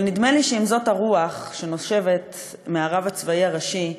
אבל נדמה לי שאם זאת הרוח שנושבת מהרב הצבאי הראשי,